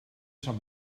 sant